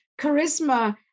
charisma